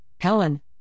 Helen